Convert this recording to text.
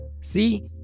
See